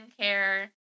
skincare